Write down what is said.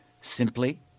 simply